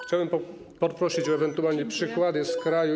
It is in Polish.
Chciałem poprosić ewentualnie o przykłady z kraju.